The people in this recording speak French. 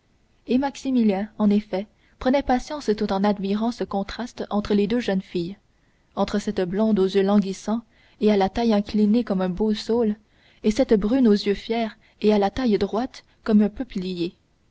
et maximilien en effet prenait patience tout en admirant ce contraste entre les deux jeunes filles entre cette blonde aux yeux languissants et à la taille inclinée comme un beau saule et cette brune aux yeux fiers et à la taille droite comme un peuplier